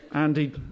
Andy